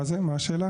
מה זה, מה השאלה?